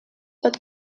pot